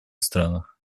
странах